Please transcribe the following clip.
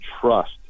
trust